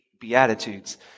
Beatitudes